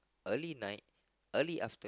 early night early afternoon